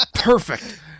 Perfect